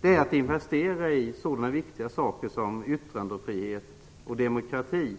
Det är att investera i sådana viktiga saker som yttrandefrihet och demokrati.